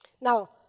Now